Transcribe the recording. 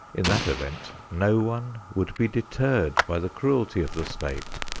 in that event no one would be deterred by the cruelty of the state.